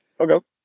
Okay